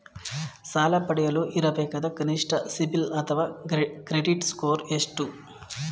ಸಾಲ ಪಡೆಯಲು ಇರಬೇಕಾದ ಕನಿಷ್ಠ ಸಿಬಿಲ್ ಅಥವಾ ಕ್ರೆಡಿಟ್ ಸ್ಕೋರ್ ಎಷ್ಟು?